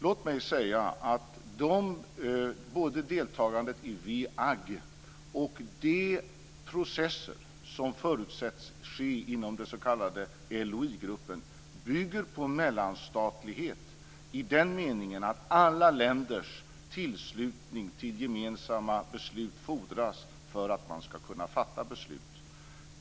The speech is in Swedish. Låt mig säga att både deltagandet i WEAG och de processer som förutsätts ske inom den s.k. LOI gruppen bygger på mellanstatlighet i den meningen att alla länders anslutning till gemensamma beslut fordras för att man ska kunna fatta beslut.